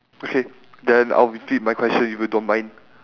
okay then I'll repeat my question if you don't mind